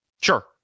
Sure